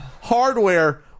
hardware